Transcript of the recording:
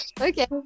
Okay